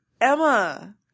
Emma